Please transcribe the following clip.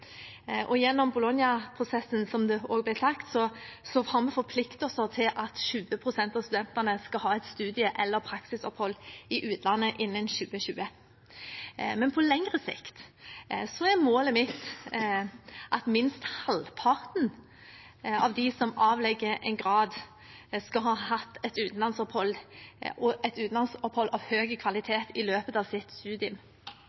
studietiden. Gjennom Bologna-prosessen som også ble nevnt, har vi forpliktet oss til at 20 pst. av studentene skal ha et studie- eller praksisopphold i utlandet innen 2020. Men på lengre sikt er målet mitt at minst halvparten av dem som avlegger en grad, skal ha hatt et utenlandsopphold av høy kvalitet i løpet av sitt studium. Det er et